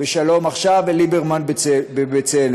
ב"שלום עכשיו" וליברמן ב"בצלם".